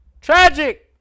Tragic